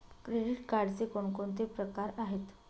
Credit कार्डचे कोणकोणते प्रकार आहेत?